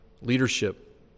leadership